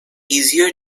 easier